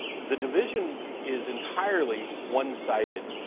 the division is entirely one-sided.